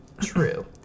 true